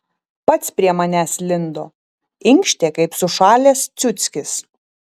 pats prie manęs lindo inkštė kaip sušalęs ciuckis